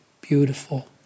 beautiful